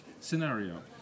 scenario